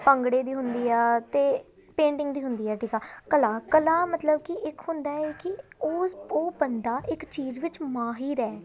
ਭੰਗੜੇ ਦੀ ਹੁੰਦੀ ਆ ਅਤੇ ਪੇਂਟਿੰਗ ਦੀ ਹੁੰਦੀ ਆ ਠੀਕ ਆ ਕਲਾ ਕਲਾ ਮਤਲਬ ਕਿ ਇੱਕ ਹੁੰਦਾ ਹੈ ਕਿ ਉਸ ਉਹ ਬੰਦਾ ਇੱਕ ਚੀਜ਼ ਵਿੱਚ ਮਾਹਿਰ ਹੈ